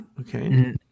Okay